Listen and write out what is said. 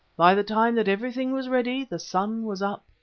by the time that everything was ready the sun was up.